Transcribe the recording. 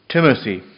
Timothy